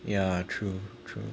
ya true true